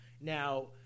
now